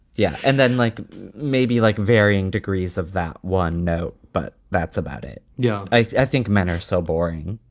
yeah. and then like maybe like varying degrees of that one. no, but that's about it. yeah. i think men are so boring.